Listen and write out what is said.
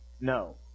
No